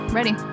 ready